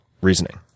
reasoning